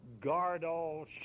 guard-all